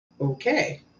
Okay